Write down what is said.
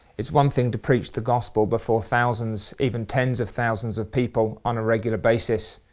it's one thing to preach the gospel before thousands, even tens of thousands of people on a regular basis.